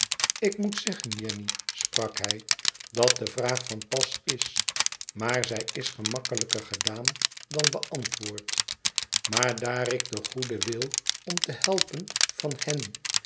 lik moet zeggen jenny sprak bij i dat de vraag van pas is maar zij is gemakkelijker gedaan dan beantwoord maar daar ik den goeden wil om te helpen van hen